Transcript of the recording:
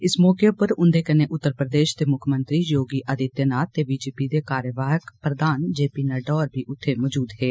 इस मौके उप्पर उंदे कन्ने उत्तर प्रदेष दे मुक्खमंत्री योगी आदित्य नाथ ते ीााजपा दे कार्यवाहक प्रधान जे पी नड्डा होर बी उत्थें मजूद हे